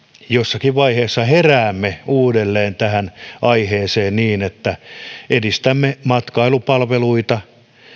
jossakin vaiheessa heräämme uudelleen tähän aiheeseen niin että edistämme matkailupalveluita